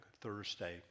Thursday